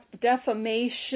defamation